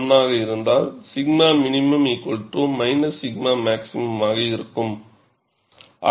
R 1 ஆக இருந்தால் 𝛔min 𝛔max ஆக இருக்கும்